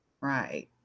Right